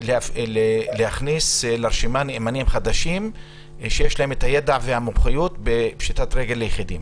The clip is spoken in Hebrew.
להכניס לרשימה נאמנים חדשים שיש להם ידע ומומחיות בפשיטת רגל ליחידים.